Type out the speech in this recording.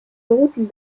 routen